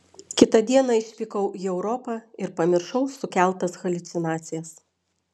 kitą dieną išvykau į europą ir pamiršau sukeltas haliucinacijas